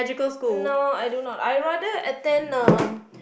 no I do not I rather attend